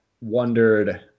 wondered